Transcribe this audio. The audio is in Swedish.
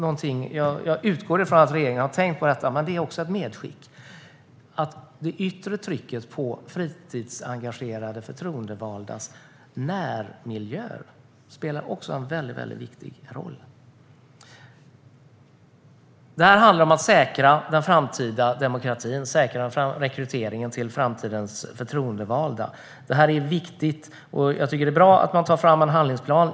Jag utgår från att regeringen har tänkt på detta, men det är ändå ett medskick att det yttre trycket på fritidsengagerade förtroendevaldas närmiljöer också spelar en mycket viktig roll. Det här handlar om att säkra den framtida demokratin och att säkra rekryteringen av framtidens förtroendevalda. Det här är viktigt. Jag tycker att det är bra att man tar fram en handlingsplan.